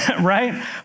Right